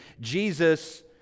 Jesus